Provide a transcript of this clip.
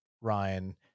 Ryan